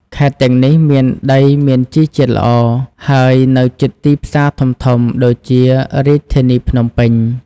ខេត្តទាំងនេះមានដីមានជីជាតិល្អ ហើយនៅជិតទីផ្សារធំៗដូចជារាជធានីភ្នំពេញ។